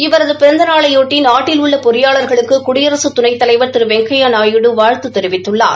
இவரது பிறந்த நாளையொட்டி நாட்டில் உள்ள பொறியாளா்களுக்கு குடியரசுத் துணைத்தலைவா் திரு வெங்கையா நாயுடு வாழ்த்து தெரிவித்துள்ளார்